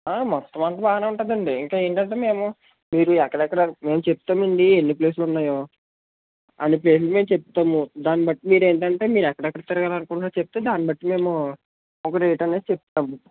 మొత్తం అంతా బాగానే ఉంటుందండి ఇంకా ఏంటంటే మేము మీరు ఎక్కడెక్కడ మేము చెప్తాము అండీ ఎన్ని ప్లేస్లు ఉన్నాయో అన్ని ప్లేస్లు మేము చెప్తాము దాన్ని బట్టి మీరు ఏంటంటే మీరు ఎక్కడెక్కడ తిరగాలనుకుంటున్నారో చెప్తే దాన్ని బట్టి మేము ఒక రేటు అనేది చెప్తాము